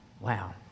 Wow